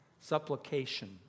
Supplication